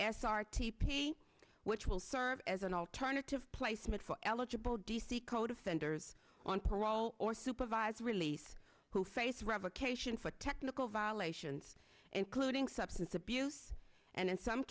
s r t p which will serve as an alternative placement for eligible d c code offenders on parole or supervised release who face revocation for technical violations including substance abuse and in some